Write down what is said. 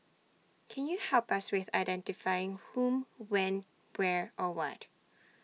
can you help us with identifying who when where or what